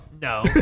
No